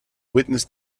witness